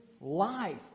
life